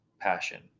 passion